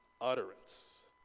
utterance